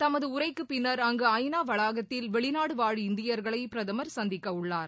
தமது உரைக்கு பின்னர் அங்கு ஐநா வளாகத்தில் வெளிநாடு வாழ் இந்தியர்களை பிரதமர் சந்திக்கவுள்ளார்